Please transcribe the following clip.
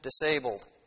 Disabled